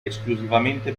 esclusivamente